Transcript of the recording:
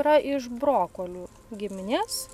yra iš brokolių giminės